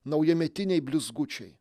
naujametiniai blizgučiai